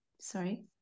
sorry